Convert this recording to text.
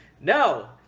No